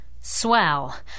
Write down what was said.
Swell